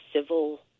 civil